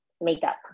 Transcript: makeup